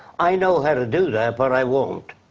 i know how to do that, but i won't.